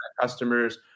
customers